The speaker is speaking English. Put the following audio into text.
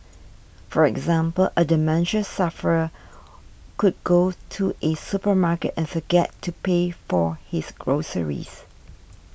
for example a dementia sufferer could go to a supermarket and forget to pay for his groceries